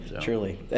Truly